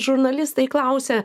žurnalistai klausia